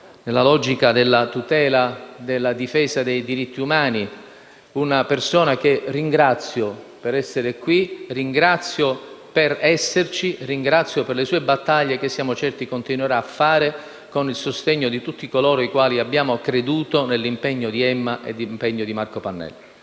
nella logica della tutela della difesa dei diritti umani; una persona che ringrazio per essere qui, ringrazio per esserci, ringrazio per le sue battaglie, che siamo certi continuerà a fare con il sostegno di tutti coloro i quali hanno creduto nell'impegno di Emma e nell'impegno di Marco Pannella.